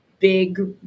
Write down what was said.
big